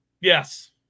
Yes